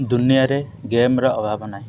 ଦୁନିଆରେ ଗେମ୍ର ଅଭାବ ନାହିଁ